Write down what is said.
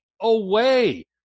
away